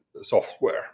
software